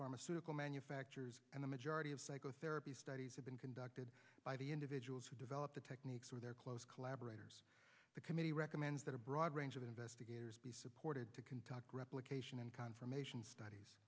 pharmaceutical manufacturers and the majority of psychotherapy studies have been conducted by the individuals who develop the techniques or their close collaborators the committee recommends that a broad range of investigators be supported to kentucky replication and confirmation studies